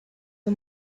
the